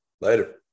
Later